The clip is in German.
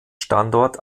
standort